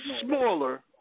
smaller